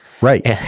Right